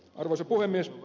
arvoisa puhemies